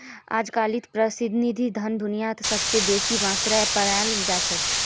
अजकालित प्रतिनिधि धन दुनियात सबस बेसी मात्रात पायाल जा छेक